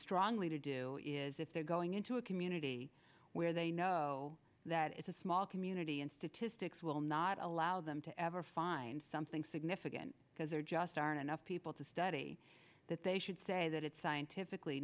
strongly to do is if they're going into a community where they know that it's a small community and statistics will not allow them to ever find something significant because there just aren't enough people to study that they should say that it's scientifically